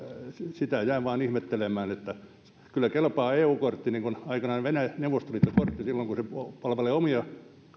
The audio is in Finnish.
sitä jään vain ihmettelemään että kyllä kelpaa eu kortti niin kuin aikanaan neuvostoliitto kortti silloin kun se palvelee omia